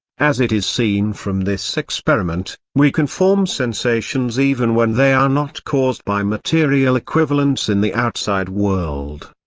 as it is seen from this experiment, we can form sensations even when they are not caused by material equivalents in the outside world.